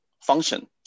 function